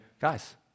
guys